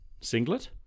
singlet